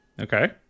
Okay